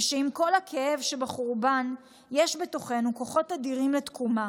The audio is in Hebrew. ושעם כל הכאב שבחורבן יש בתוכנו כוחות אדירים לתקומה.